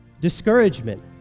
Discouragement